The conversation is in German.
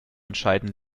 entscheiden